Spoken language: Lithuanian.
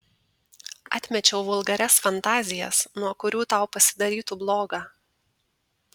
atmečiau vulgarias fantazijas nuo kurių tau pasidarytų bloga